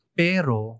pero